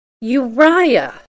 Uriah